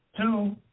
Two